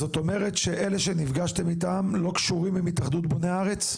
זאת אומרת שאלה שנפגשתם איתם לא קשורים להתאחדות בוני הארץ?